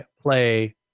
play